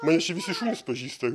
mane čia visi šunys pažįsta